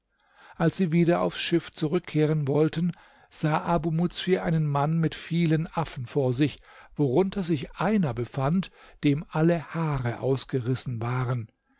als sie wieder aufs schiff zurückkehren wollten sah abu muzfir einen mann mit vielen affen vor sich worunter sich einer befand dem alle haare ausgerissen waren